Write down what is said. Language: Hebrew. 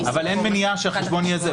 אבל אין מניעה שהחשבון יהיה זה.